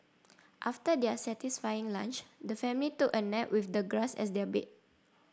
after their satisfying lunch the family took a nap with the grass as their bed